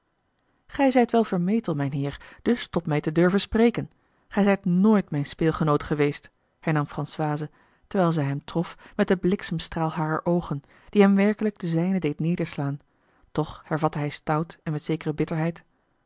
gij zijt wel vermetel mijnheer dus tot mij te durven spreken gij zijt nooit mijn speelgenoot geweest hernam françoise terwijl zij hem trof met den bliksemstraal harer oogen die hem werkelijk de zijne deed nederslaan toch hervatte hij stout met zekere bitterheid